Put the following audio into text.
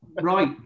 Right